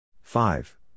five